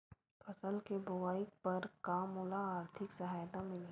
फसल के बोआई बर का मोला आर्थिक सहायता मिलही?